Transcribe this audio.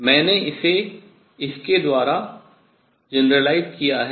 मैंने इसे इसके द्वारा सामान्यीकृत किया है